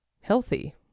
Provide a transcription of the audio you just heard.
healthy